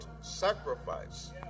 sacrifice